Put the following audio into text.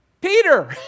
Peter